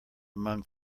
among